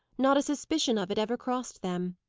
not a suspicion of it ever crossed them.